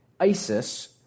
ISIS